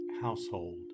household